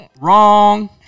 Wrong